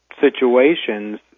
situations